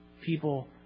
People